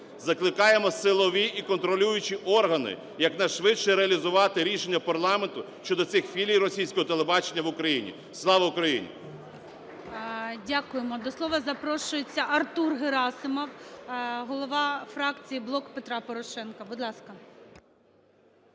Закликаємо силові та інші органи якнайшвидше реалізувати рішення парламенту щодо цих філій російського телебачення в Україні. Слава Україні!